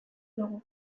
dugu